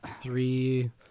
three –